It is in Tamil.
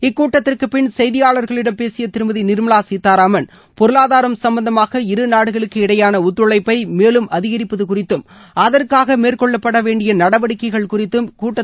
இக்கூட்டத்திற்குப்பின் செய்தியாளர்களிடம் பேசிய திருமதி நிர்மவா சீத்தாராமன் பொருளாதாரம் சுப்பந்தமாக இரு நாடுகளுக்கு இடையோன ஒத்துழைப்பை மேலும் அதிகரிப்பது குறித்தும் அதற்காக மேற்கொள்ளப்பட வேண்டிய நடவடிக்கைகள் குறித்தும் கூட்டத்தில் ஆலோசிக்கப்பட்டதாகக் கூறினார்